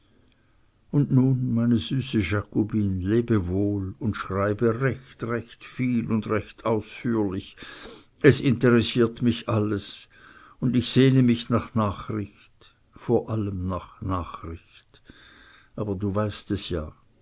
und nun meine süße jakobine lebe wohl und schreibe recht viel und recht ausführlich es interessiert mich alles und ich sehne mich nach nachricht vor allem nach nachricht aber du weißt es ja